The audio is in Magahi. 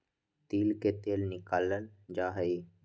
तिल से तेल निकाल्ल जाहई